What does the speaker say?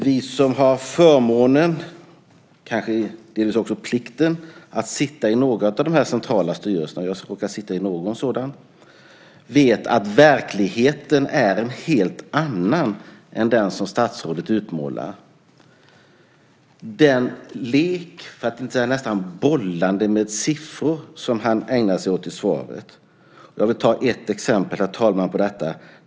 Vi som har förmånen och kanske delvis också plikten att sitta i några av dessa centrala styrelser, och jag råkar sitta i någon sådan, vet att verkligheten är en helt annan än den som statsrådet utmålar. Det är en lek, för att inte säga nästan bollande, med siffror som han ägnar sig åt i svaret. Jag vill ta ett exempel, herr talman, på detta.